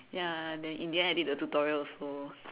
ya then in the end I did the tutorial also